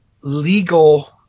legal